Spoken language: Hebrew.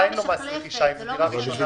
אין לו מס רכישה אם זו דירה ראשונה שלו.